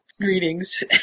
greetings